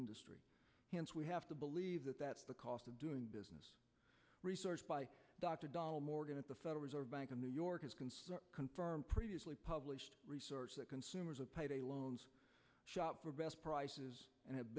industry hence we have to believe that that's the cost of doing business research by dr dollar morgan at the federal reserve bank of new york has confirmed previously published research that consumers a payday loan shop for best prices and have